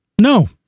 No